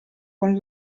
con